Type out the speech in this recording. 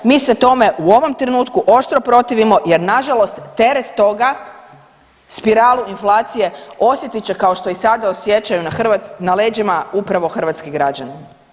Mi se tome u ovom trenutku oštro protivimo jer nažalost teret toga spiralu inflacije osjetit će kao što i sada osjećaju na leđima upravo hrvatski građani.